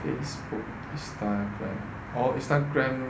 facebook instagram oh instagram